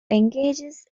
engages